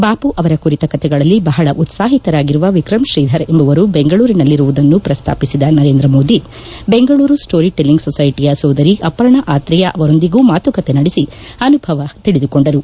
ಬಾಪು ಅವರ ಕುರಿತ ಕತೆಗಳಲ್ಲಿ ಬಹಳ ಉತ್ಪಾಹಿತರಾಗಿರುವ ವಿಕ್ರಮ್ ಶ್ರೀಧರ್ ಎಂಬುವರು ಬೆಂಗಳೂರಿನಲ್ಲಿರುವುದನ್ನು ಪ್ರಸ್ತಾಪಿಸಿದ ನರೇಂದ್ರ ಮೋದಿ ಬೆಂಗಳೂರು ಸ್ಕೋರಿ ಟೆಲ್ಲಿಂಗ್ ಸೊಸೈಟಿಯ ಸೋದರಿ ಅಪರ್ಣ ಆತ್ರೇಯ ಅವರೊಂದಿಗೂ ಮಾತುಕತೆ ನಡೆಸಿ ಅನುಭವ ತಿಳಿದುಕೊಂಡರು